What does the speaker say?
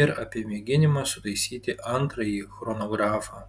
ir apie mėginimą sutaisyti antrąjį chronografą